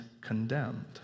condemned